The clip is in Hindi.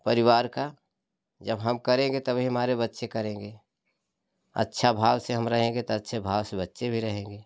परिवार का जब हम करेंगे तब ही हमारे बच्चे करेंगे अच्छा भाव से हम रहेंगे तो अच्छे भाव से बच्चे भी रहेंगे